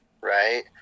Right